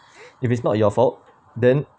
if it's not your fault then